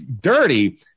dirty